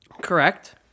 Correct